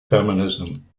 feminism